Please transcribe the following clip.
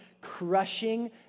crushing